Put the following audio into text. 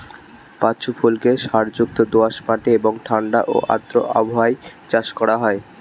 পাঁচু ফুলকে সারযুক্ত দোআঁশ মাটি এবং ঠাণ্ডা ও আর্দ্র আবহাওয়ায় চাষ করা হয়